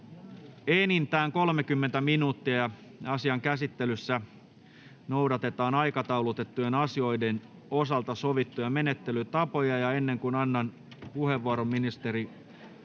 enintään 30 minuuttia. Asian käsittelyssä noudatetaan aikataulutettujen asioiden osalta sovittuja menettelytapoja. Ennen kuin annan puheenvuoron ministeri